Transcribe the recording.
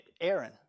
Aaron